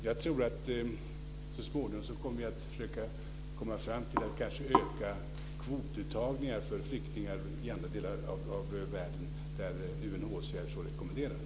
Jag tror att vi så småningom kanske kommer att försöka öka kvotuttagningar för flyktingar i andra delar av världen, där UNHCR så rekommenderar.